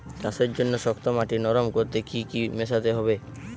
চাষের জন্য শক্ত মাটি নরম করতে কি কি মেশাতে হবে?